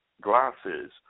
glasses